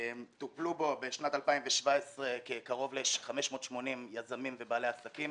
טופלו בשנת 2017 קרוב ל-580 יזמים ובעלי עסקים